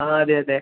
ആ അതെ അതെ